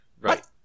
right